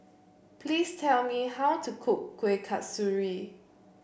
please tell me how to cook Kueh Kasturi